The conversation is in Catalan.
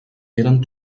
eren